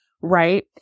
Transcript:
right